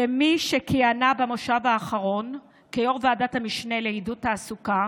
כמי שכיהנה במושב האחרון כיו"ר ועדת המשנה לעידוד תעסוקה